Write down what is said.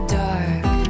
dark